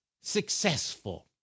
successful